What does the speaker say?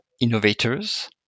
innovators